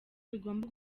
bigomba